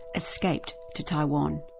escaped to taiwan.